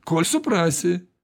kol suprasi